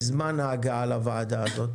זמן ההגעה לוועדה הזאת.